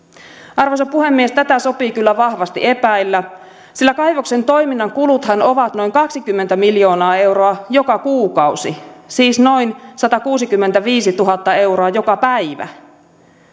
arvoisa puhemies tätä sopii kyllä vahvasti epäillä sillä kaivoksen toiminnan kuluthan ovat noin kaksikymmentä miljoonaa euroa joka kuukausi siis noin satakuusikymmentäviisituhatta euroa joka päivä